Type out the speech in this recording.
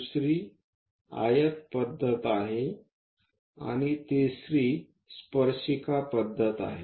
दुसरी आयत पद्धत आहे आणि तिसरी स्पर्शिका पद्धत आहे